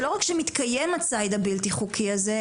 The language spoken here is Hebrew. שלא רק שמתקיים הציד הבלתי חוקי הזה,